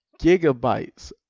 gigabytes